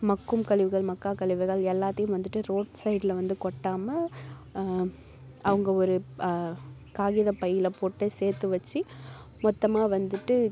மக்கும் கழிவுகள் மக்கா கழிவுகள் எல்லாத்தையும் வந்துட்டு ரோட் சைட்ல வந்து கொட்டாமல் அவங்க ஒரு காகிதப்பையில போட்டு சேர்த்து வச்சு மொத்தமாக வந்துட்டு